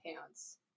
pants